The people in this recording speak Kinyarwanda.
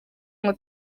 ngo